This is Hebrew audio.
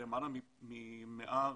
למעלה מ-130,